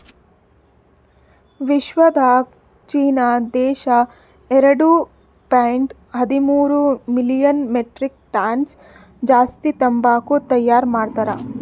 ವಿಶ್ವದಾಗ್ ಚೀನಾ ದೇಶ ಎರಡು ಪಾಯಿಂಟ್ ಹದಿಮೂರು ಮಿಲಿಯನ್ ಮೆಟ್ರಿಕ್ ಟನ್ಸ್ ಜಾಸ್ತಿ ತಂಬಾಕು ತೈಯಾರ್ ಮಾಡ್ತಾರ್